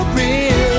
real